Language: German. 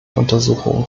untersuchungen